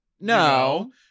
No